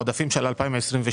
העודפים של 22'